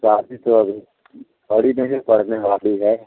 शादी तो अभी पड़ी नहीं है पड़ने वाली है